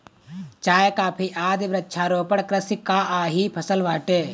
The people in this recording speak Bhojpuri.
चाय, कॉफी आदि वृक्षारोपण कृषि कअ ही फसल बाटे